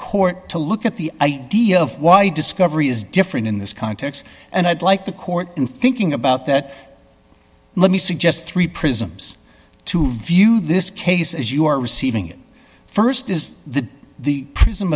court to look at the idea of why discovery is different in this context and i'd like the court in thinking about that let me suggest three prisms to view this case as you are receiving it st is the the prism